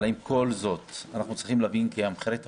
אבל עם כל זאת אנחנו צריכים להבין שמערכת